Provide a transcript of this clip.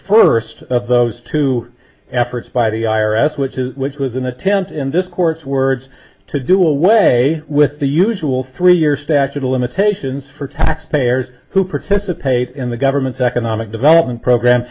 first of those two efforts by the i r s which is which was an attempt in this court's words to do away with the usual three year statute of limitations for taxpayers who participate in the government's economic development program